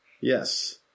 yes